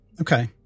Okay